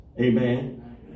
Amen